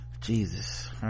Jesus